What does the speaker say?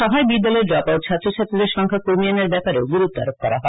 সভায় বিদ্যালয়ে drop out ছাত্র ছাত্রীদের সংখ্যা কমিয়ে আনার ব্যাপারেও গুরুত্ব দেওয়া হয়